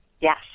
Yes